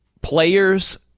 players